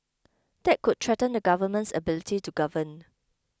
that could threaten the government's ability to govern